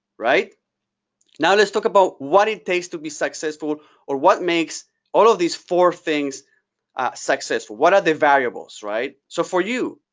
now let's talk about what it takes to be successful or what makes all of these four things successful. what are the variables, right? so for you,